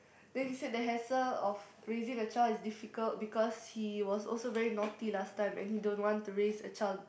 then he said the hassle of raising a child is difficult because he was also very naughty last time and he don't want to raise a child